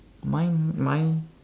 mine my